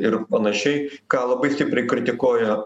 ir panašiai ką labai stipriai kritikoja